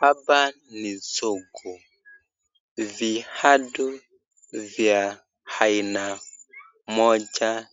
Hapa ni soko, viatu vya aina moja